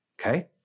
Okay